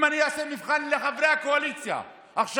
אם אני אעשה מבחן לחברי הקואליציה עכשיו,